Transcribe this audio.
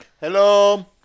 Hello